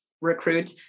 recruit